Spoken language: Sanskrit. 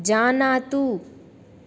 जानातु